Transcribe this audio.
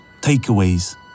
takeaways